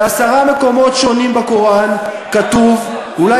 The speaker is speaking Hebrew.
בעשרה מקומות שונים בקוראן כתוב אולי